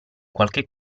qualche